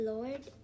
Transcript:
Lord